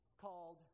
called